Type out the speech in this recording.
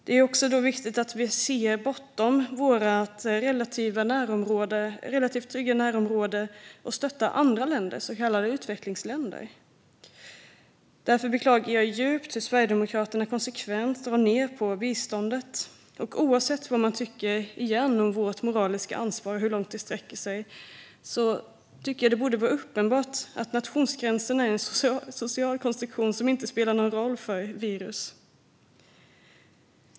Det är därför viktigt att vi också ser bortom vårt eget relativt trygga närområde och stöttar andra länder, så kallade utvecklingsländer. Jag beklagar djupt hur Sverigedemokraterna konsekvent drar ner på biståndet. Oavsett vad man tycker om vårt moraliska ansvar och hur långt det sträcker sig borde det vara uppenbart att nationsgränserna är en social konstruktion som inte spelar någon roll för virus.